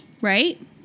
right